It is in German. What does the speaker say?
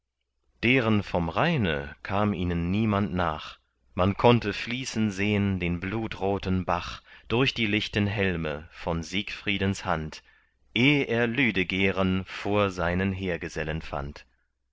deren vom rheine kam ihnen niemand nach man konnte fließen sehn den blutroten bach durch die lichten helme von siegfriedens hand eh er lüdegeren vor seinen heergesellen fand